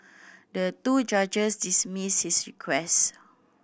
the two judges dismissed his request